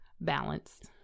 Balanced